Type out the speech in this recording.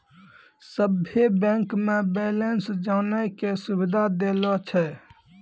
सभे बैंक मे बैलेंस जानै के सुविधा देलो छै